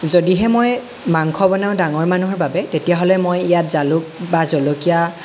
যদিহে মই মাংস বনাওঁ ডাঙৰ মানুহৰ বাবে তেতিয়াহ'লে মই ইয়াত জালুক বা জলকীয়া